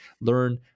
learn